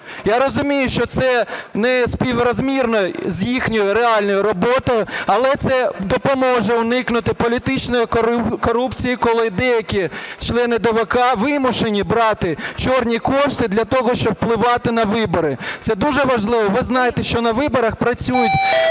Я розумію, що це неспіврозмірно з їхньою реальною роботою, але це допоможе уникнути політичної корупції, коли деякі члени ДВК вимушені брати "чорні" кошти для того, щоб впливати на вибори. Це дуже важливо. Ви знаєте, що на виборах працюють